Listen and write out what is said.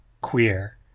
queer